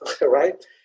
right